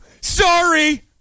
Sorry